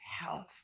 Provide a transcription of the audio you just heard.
health